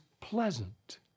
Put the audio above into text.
pleasant